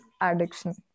addiction